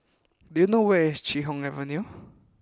do you know where is Chee Hoon Avenue